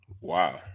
Wow